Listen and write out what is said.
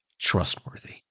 trustworthy